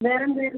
വേറെ എന്തെങ്കിലും